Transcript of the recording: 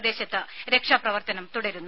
പ്രദേശത്ത് രക്ഷാപ്രവർത്തനം തുടരുന്നു